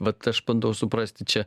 vat aš bandau suprasti čia